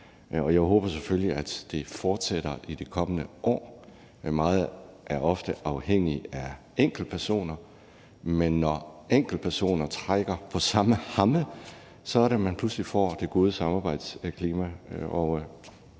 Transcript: Jeg håber selvfølgelig, at det fortsætter i de kommende år, men meget er ofte afhængigt af enkeltpersoner. Men når enkeltpersoner trækker på samme hammel, er det, at man pludselig får det gode samarbejdsklima,